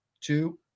two